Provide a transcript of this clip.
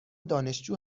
دانشجو